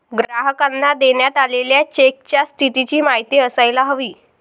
ग्राहकांना देण्यात आलेल्या चेकच्या स्थितीची माहिती असायला हवी